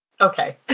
Okay